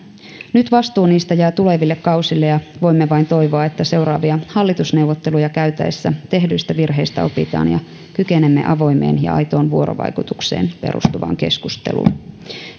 nyt vastuu niistä jää tuleville kausille ja voimme vain toivoa että seuraavia hallitusneuvotteluja käytäessä tehdyistä virheistä opitaan ja kykenemme avoimeen ja aitoon vuorovaikutukseen perustuvaan keskusteluun